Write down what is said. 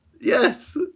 Yes